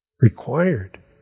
Required